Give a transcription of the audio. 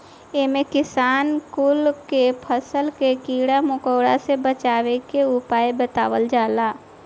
इमे किसान कुल के फसल के कीड़ा मकोड़ा से बचावे के उपाय बतावल जाला